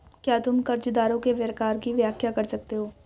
क्या तुम कर्जदारों के प्रकार की व्याख्या कर सकते हो?